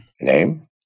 Name